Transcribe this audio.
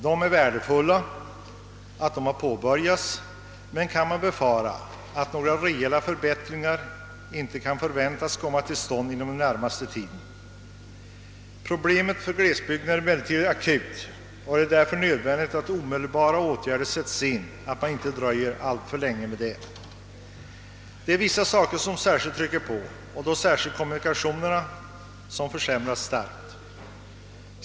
Det är värdefullt att dessa undersökningar har påbörjats, men man kan befara att reella förbättringar inte kan förväntas inom den närmaste tiden. Problemet är emellertid akut för glesbygden, och det är därför nödvändigt att åtgärder sätts in omedelbart. Vissa saker är särskilt brådskande. Särskilt gäller det kommunikationerna som försämras starkt.